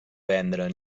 vendre